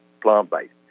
plant-based